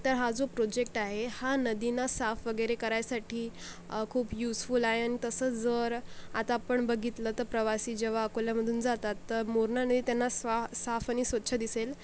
तर हा जो प्रोजेक्ट आहे हा नदींना साफ वगैरे करायसाठी खूप यूजफूल आहे आणि तसं जर आता आपण बघितलं तर प्रवासी जेव्हा अकोल्यामधून जातात तर मोरणा नदी त्यांना स्वा साफ आणि स्वच्छ दिसेल